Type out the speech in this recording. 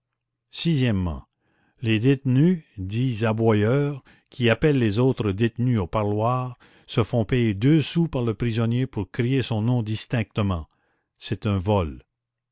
sixièmement les détenus dits aboyeurs qui appellent les autres détenus au parloir se font payer deux sous par le prisonnier pour crier son nom distinctement c'est un vol